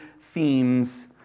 themes